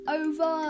over